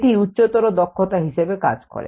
এটি উচ্চতর দক্ষতা হিসেবে কাজ করে